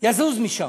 יזוז משם,